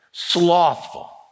slothful